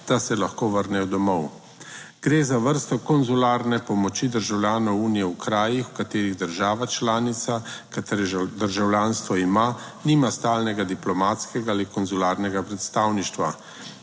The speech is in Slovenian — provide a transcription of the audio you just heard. da se lahko vrnejo domov. Gre za vrsto konzularne pomoči državljanov Unije v krajih, v katerih država članica, katere državljanstvo ima, nima stalnega diplomatskega ali konzularnega predstavništva.